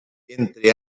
entre